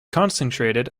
concentrated